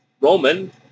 Roman